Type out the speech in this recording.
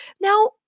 Now